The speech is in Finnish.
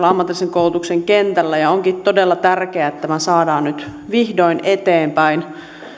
ammatillisen koulutuksen kentällä ja onkin todella tärkeää että tämä saadaan nyt vihdoin eteenpäin